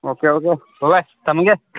okay okay bye bye ꯊꯝꯂꯒꯦ